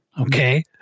okay